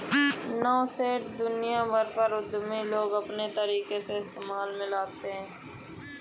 nascent को दुनिया भर के उद्यमी लोग अपने तरीके से इस्तेमाल में लाते हैं